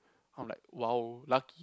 I'm like !wow! lucky